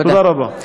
תודה רבה.